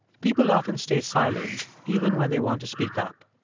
people often stay silent even when they want to speak up.